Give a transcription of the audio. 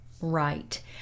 right